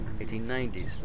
1890s